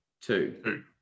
two